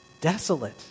desolate